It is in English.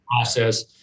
process